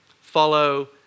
follow